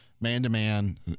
man-to-man